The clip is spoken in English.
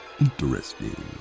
interesting